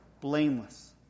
blameless